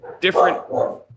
different